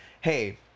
hey